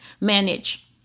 manage